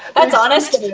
that's honest.